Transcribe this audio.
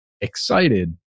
excited